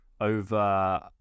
over